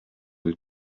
true